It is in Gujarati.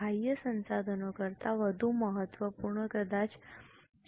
બાહ્ય સંસાધનો કરતાં વધુ મહત્વપૂર્ણ કદાચ વધુ મહત્વપૂર્ણ છે